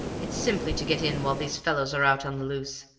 it's simply to get in while these fellows are out on the loose,